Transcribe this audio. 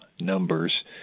numbers